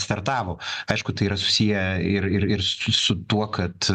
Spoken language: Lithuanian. startavo aišku tai yra susiję ir ir ir su tuo kad